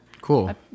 Cool